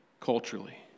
Culturally